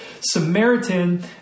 Samaritan